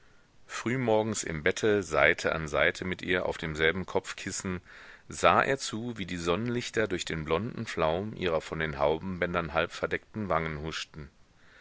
frühmorgens im bette seite an seite mit ihr auf demselben kopfkissen sah er zu wie die sonnenlichter durch den blonden flaum ihrer von den haubenbändern halbverdeckten wangen huschten